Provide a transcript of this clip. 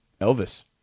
Elvis